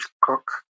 Cook